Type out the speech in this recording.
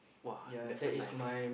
!wah! that's one nice